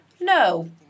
No